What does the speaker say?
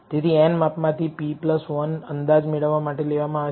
તેથી n માપ માંથી P 1 અંદાજ મેળવવા માટે લેવામાં આવ્યા છે